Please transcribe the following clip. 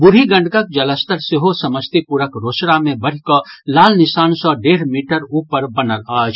बूढ़ी गंडकक जलस्तर सेहो समस्तीपुरक रोसड़ा मे बढ़िकऽ लाल निशान सँ डेढ़ मीटर ऊपर बनल अछि